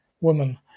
woman